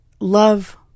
love